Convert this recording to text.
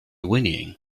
whinnying